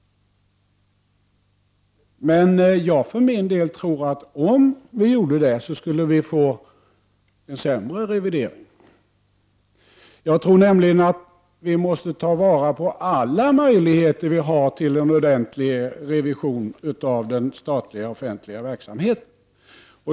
Men jag för min del tror att om vi gjorde det skulle vi få en sämre revidering. Jag tror nämligen att vi måste ta vara på alla möjligheter vi har till ordentlig revision av den statliga offentliga verksamheten.